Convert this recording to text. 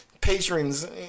patrons